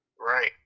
Right